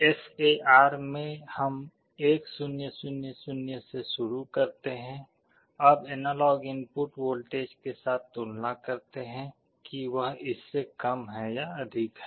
SAR में हम 1 0 0 0 से शुरू करते हैं हम एनालॉग इनपुट वोल्टेज के साथ तुलना करते हैं कि वह इससे कम है या अधिक है